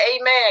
amen